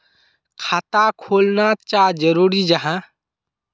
खाता खोलना चाँ जरुरी जाहा?